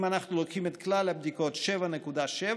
אם אנחנו לוקחים את כלל הבדיקות, 7.7%,